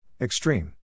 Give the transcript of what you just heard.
Extreme